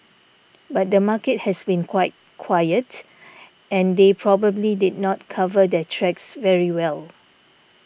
but the market has been quite quiet and they probably did not cover their tracks very well